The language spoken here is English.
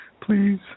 please